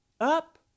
Up